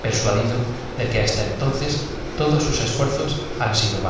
persuadido de que hasta entonces todos sus esfuerzos han sido